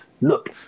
look